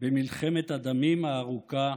במלחמת הדמים הארוכה